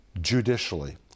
judicially